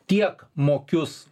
tiek mokius